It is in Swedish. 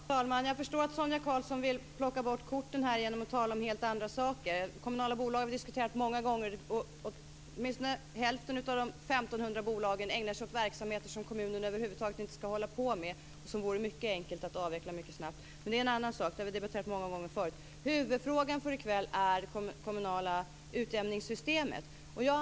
Fru talman! Jag förstår att Sonia Karlsson vill blanda bort korten genom att tala om helt andra saker. Kommunala bolag har vi diskuterat många gånger. Åtminstone hälften av de 1 500 bolagen ägnar sig åt verksamheter som kommunerna över huvud taget inte skall hålla på med och som det vore mycket enkelt att avveckla mycket snabbt. Men det är en annan sak. Det har vi debatterat många gånger förr. Huvudfrågan för i kväll är det kommunala utjämningssystemet.